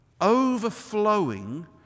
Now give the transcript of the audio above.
overflowing